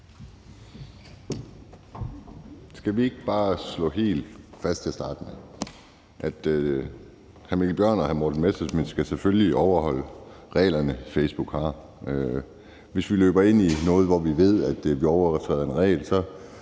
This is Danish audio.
Skal vi ikke bare slå helt fast til at starte med, at hr. Mikkel Bjørn og hr. Morten Messerschmidt selvfølgelig skal overholde de regler, Facebook har. Hvis vi løber ind i noget, hvor vi ved, vi overtræder en regel, tager